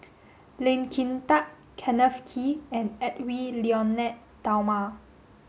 Lee Kin Tat Kenneth Kee and Edwy Lyonet Talma